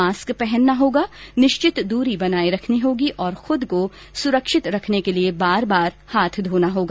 mask पहनना होगा निश्चित दूरी बनाये रखनी होगी और खुद को सुरक्षित रखने के लिए बार बार हाथ धोना होगा